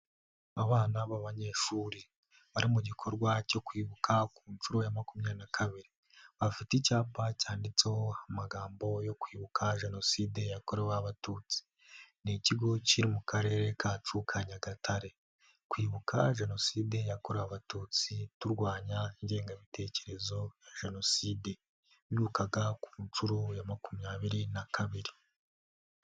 Abana b'abanyeshuri bari mu gikorwa cyo kwibuka ku nshuro ya makumyabiri na kabiri . Bafita icyapa cyanditseho amagambo yo kwibuka jenoside yakorewe abatutsi. Ni ikigo kiri mu karere kacu ka Nyagatare. Kwibuka jenoside yakorewe abatutsi turwanya ingengabitekerezo ya jenoside. Bibukaga ku nshuro ya makumyabiri na kabiri.